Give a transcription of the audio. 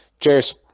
cheers